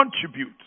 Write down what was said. contribute